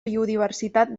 biodiversitat